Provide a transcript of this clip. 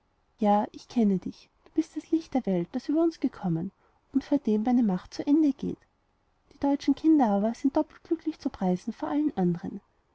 ja ich kenne dich du bist das licht der welt das über uns gekommen und vor dem meine macht zu ende geht die deutschen kinder aber sind doppelt glücklich zu preisen vor allen anderen